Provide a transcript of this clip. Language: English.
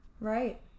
Right